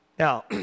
Now